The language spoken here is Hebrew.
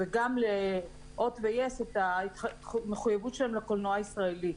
וגם הוט ויס את המחויבות שלהן לקולנוע הישראלית.